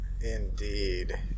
Indeed